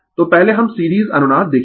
तो पहले हम सीरीज अनुनाद देखेंगें